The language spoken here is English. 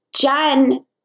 Jen